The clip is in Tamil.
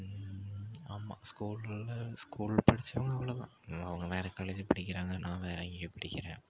ஆமா ஸ்கூலில் ஸ்கூல் படிச்சதும் அவ்ளோ தான் அவங்க வேறு காலேஜ் படிக்கிறாங்க நான் வேறு எங்கேயோ படிக்கிறேன்